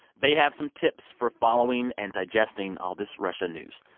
they have some tips for following and digesting all this russian news.